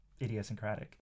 idiosyncratic